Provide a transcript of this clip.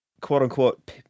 quote-unquote